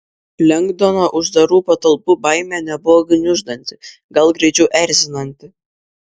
lengdono uždarų patalpų baimė nebuvo gniuždanti gal greičiau erzinanti